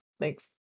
thanks